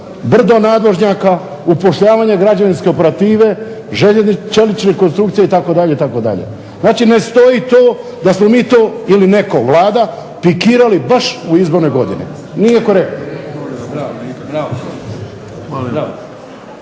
brdo nadvožnjaka, upošljavanje građevinske operative, čelične konstrukcije itd., itd. Znači ne stoji to da smo mi to ili netko, Vlada, pikirali baš u izbornoj godini. Nije korektno.